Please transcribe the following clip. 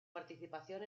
participación